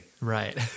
Right